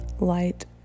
light